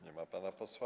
Nie ma pana posła.